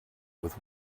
with